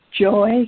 joy